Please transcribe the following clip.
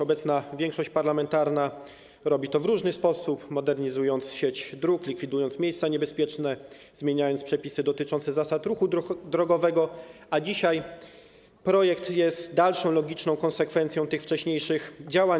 Obecna większość parlamentarna robi to w różny sposób, modernizując sieć dróg, likwidując niebezpieczne miejsca, zmieniając przepisy dotyczące zasad ruchu drogowego, a dzisiaj procedowany projekt jest dalszą logiczną konsekwencją tych wcześniejszych działań.